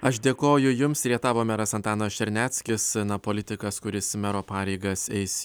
aš dėkoju jums rietavo meras antanas černeckis politikas kuris mero pareigas eis